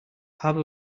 have